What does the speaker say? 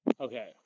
Okay